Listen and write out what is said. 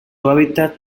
hábitat